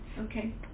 Okay